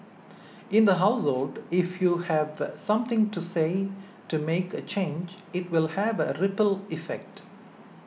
in the household if you've something to say to make a change it will have a ripple effect